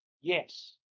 Yes